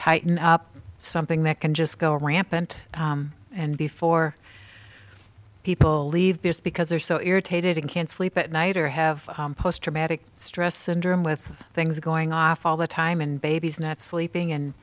tighten up something that can just go rampant and before people leave because they're so irritated and can't sleep at night or have post traumatic stress syndrome with things going off all the time and babies not sleeping and